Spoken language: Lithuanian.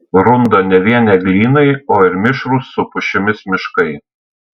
runda ne vien eglynai o ir mišrūs su pušimis miškai